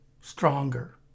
stronger